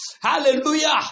Hallelujah